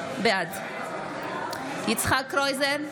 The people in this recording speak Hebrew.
בעד יצחק קרויזר,